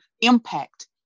impact